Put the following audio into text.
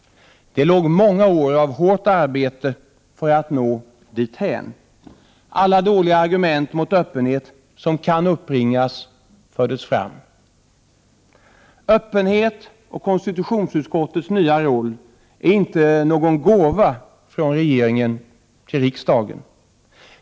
Det låg många år av hårt arbete bakom för att nå dithän. Alla dåliga argument mot öppenhet som kan uppbringas fördes fram. Öppenheten och konstitutionsutskottets nya roll är inte någon gåva från regeringen till riksdagen.